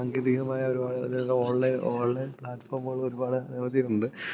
സാങ്കേതികമായ ഒരു online online പ്ലാറ്റ്ഫോമ്കൾ ഒരുപാട് അനവധിയുണ്ട്